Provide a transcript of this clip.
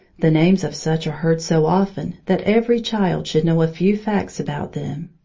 the names of such are heard so often that every child should know a few facts about them.